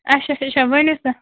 اَچھا اَچھا ؤنِو سا